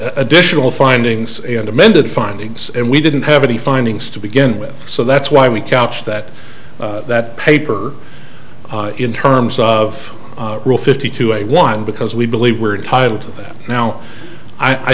additional findings and amended findings and we didn't have any findings to begin with so that's why we couch that that paper in terms of fifty to a one because we believe we're entitled to that now i